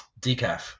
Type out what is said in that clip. decaf